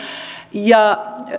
ja